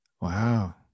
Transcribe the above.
Wow